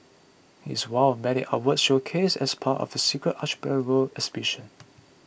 it's one of many artworks showcased as part of the Secret Archipelago exhibition